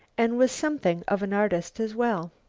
and was something of an artist as well.